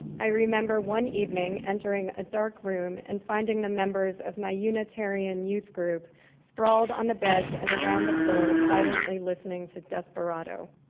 i remember one evening, entering a dark room and finding the members of my unitarian youth group sprawled on the beds and around the floor silently listening to desperado.